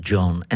John